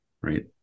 right